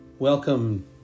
Welcome